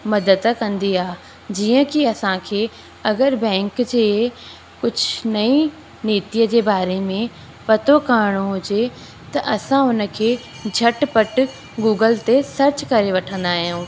मदद कंदी आहे जीअं की असांखे अगरि बैंक जे कुझु नई नीतिअ जे बारे में पतो करिणो हुजे त असां उन खे झटि पटि गूगल ते सर्च करे वठंदा आहियूं